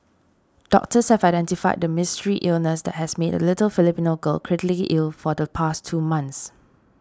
doctors have identified the mystery illness that has made a little Filipino girl critically ill for the past two months